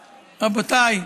רבותיי,